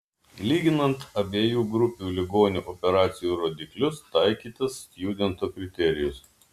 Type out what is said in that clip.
lyginant abiejų grupių ligonių operacijų rodiklius taikytas stjudento kriterijus